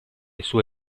sue